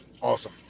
Awesome